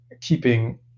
keeping